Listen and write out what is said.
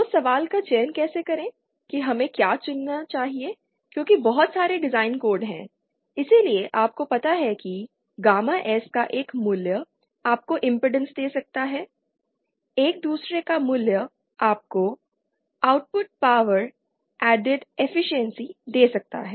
तो सवाल का चयन कैसे करें कि हमें क्या चुनना चाहिए क्योंकि बहुत सारे डिज़ाइन कोड हैं इसलिए आपको पता है कि गामा S का एक मूल्य आपको इम्पीडेन्स दे सकता है एक दूसरे का मूल्य आपको आउटपुट पावर एडेड एफिशिएंसी दे सकता है